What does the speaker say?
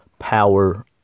power